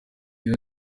ibi